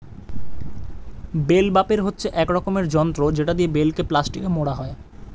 bell wrapper হচ্ছে এক রকমের যন্ত্র যেটা দিয়ে বেলকে প্লাস্টিকে মোড়া হয়